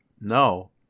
No